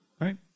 right